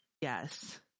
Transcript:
Yes